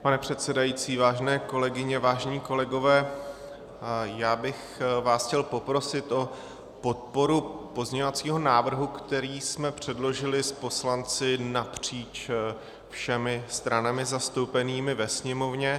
Pane předsedající, vážené kolegyně, vážení kolegové, já bych vás chtěl poprosit o podporu pozměňovacího návrhu, který jsme předložili s poslanci napříč všemi stranami zastoupenými ve Sněmovně.